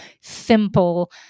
simple